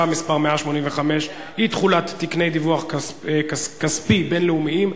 (מס' 185) (אי-תחולת תקני דיווח כספי בין-לאומיים,